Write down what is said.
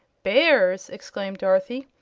bears! exclaimed dorothy.